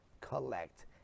collect